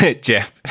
Jeff